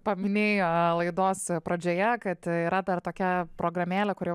paminėjo laidos pradžioje kad yra dar tokia programėlė kuri